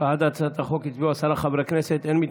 בגין אי-תשלום קנס על עבירת חניה),